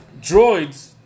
Droids